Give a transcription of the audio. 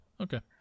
Okay